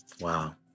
Wow